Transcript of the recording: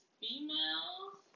females